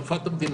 אלופת המדינה.